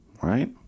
right